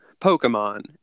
Pokemon